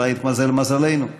אולי יתמזל מזלנו.